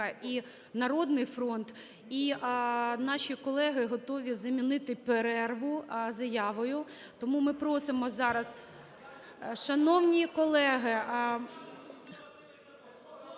і "Народний фронт". І наші колеги готові замінити перерву заявою. Тому ми просимо зараз… Шановні колеги!